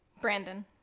Brandon